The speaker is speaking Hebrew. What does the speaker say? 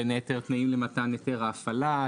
בין היתר תנאים למתן היתר ההפעלה,